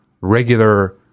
regular